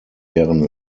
deren